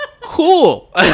Cool